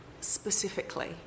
specifically